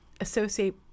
associate